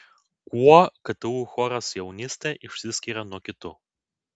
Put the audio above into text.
kuo ktu choras jaunystė išsiskiria nuo kitų